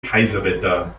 kaiserwetter